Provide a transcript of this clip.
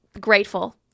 grateful